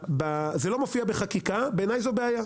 זה לא מופיע בחקיקה, בעיניי זו בעיה.